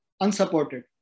unsupported